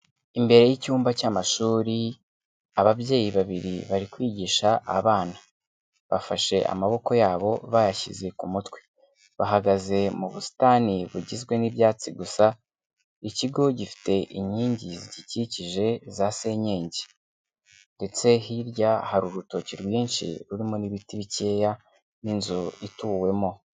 Imbere y'icyumba cy'amashuri, ababyeyi babiri bari kwigisha abana, bafashe amaboko yabo bayashyize ku mutwe, bahagaze mu busitani bugizwe n'ibyatsi gusa, ikigo gifite inkingi zigikikije za senyenge ndetse hirya hari urutoki rwinshi rurimo n'ibiti bikeya n'inzu ituwemo.